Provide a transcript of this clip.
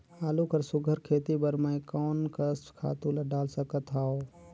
आलू कर सुघ्घर खेती बर मैं कोन कस खातु ला डाल सकत हाव?